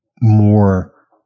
more